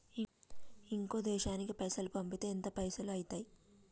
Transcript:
ఇంకో దేశానికి పైసల్ పంపితే ఎంత పైసలు అయితయి?